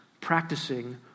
practicing